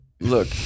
look